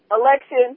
election